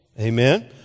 Amen